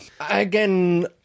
Again